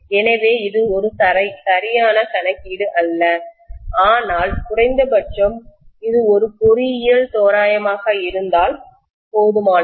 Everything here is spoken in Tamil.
எனவே இது ஒரு சரியான கணக்கீடு அல்ல ஆனால் குறைந்தபட்சம் இது ஒரு பொறியியல் தோராயமாக இருந்தால் போதுமானது